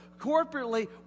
Corporately